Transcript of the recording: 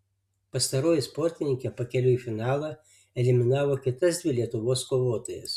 pastaroji sportininkė pakeliui į finalą eliminavo kitas dvi lietuvos kovotojas